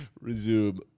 Resume